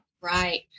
Right